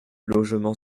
logement